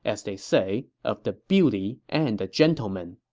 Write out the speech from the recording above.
as they say, of the beauty and the gentleman.